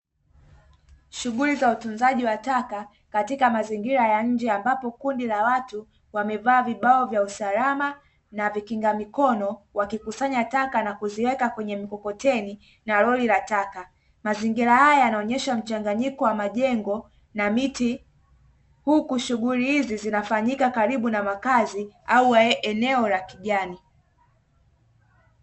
Shuguli za utunzaji taka kwenye mazingira ya nje ambapo kundi la watu wamevaa vibao vya usalma na vikinga mikono, wakikusanya taka na kuziweka kwenye mkokoteni na lori la taka, mazingira haya yanaonyesha mchanganyiko wa majengo na miti uku shuguli hizi zinafanyika karibu na makazi au eneo la kijani.